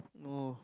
oh